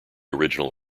original